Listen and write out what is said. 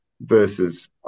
versus